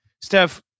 Steph